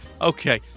Okay